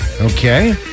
Okay